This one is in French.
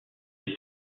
ses